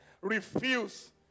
Refuse